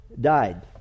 died